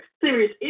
serious